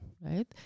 right